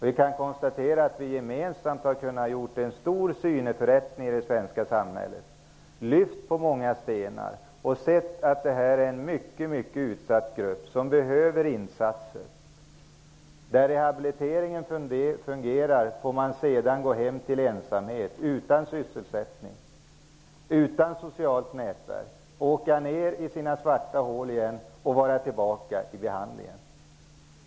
Jag kan konstatera att vi gemensamt har kunnat göra en stor syneförrättning i det svenska samhället, att vi har lyft på många stenar och sett att det här är en mycket utsatt grupp, som behöver insatser. Om rehabiliteringen fungerar får dessa människor gå hem till ensamhet, utan sysselsättning, utan socialt nätverk. De åker ner i sina svarta hål igen och kommer tillbaka till behandling.